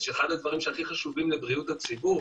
שהכי חשובים לבריאות הציבור,